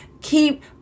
Keep